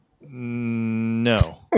No